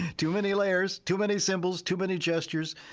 too many layers. too many symbols. too many gestures.